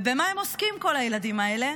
ובמה הם עוסקים, כל הילדים האלה?